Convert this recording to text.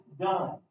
done